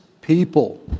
people